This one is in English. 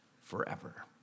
forever